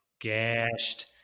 gashed